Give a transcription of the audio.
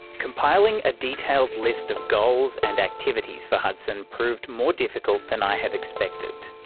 compiling a detailed list of goals and activities for hudson proved more difficult than i had expected.